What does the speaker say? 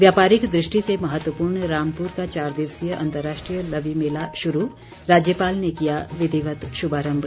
व्यापारिक दृष्टि से महत्वपूर्ण रामपुर का चार दिवसीय अंतर्राष्ट्रीय लवी मेला शुरू राज्यपाल ने किया विधिवत् शुभारम्भ